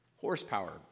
horsepower